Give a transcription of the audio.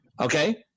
Okay